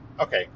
Okay